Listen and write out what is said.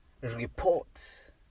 reports